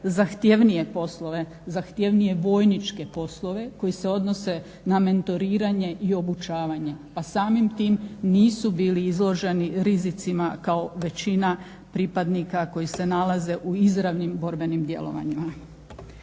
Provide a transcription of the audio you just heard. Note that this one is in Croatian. zahtjevnije poslove, zahtjevnije vojničke poslove koji se odnose na mentoriranje i obučavanje. Pa samim tim nisu bili izloženi rizicima kao većina pripadnika koji se nalaze u izravnim borbenim djelovanjima.